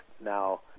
now